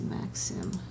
Maxim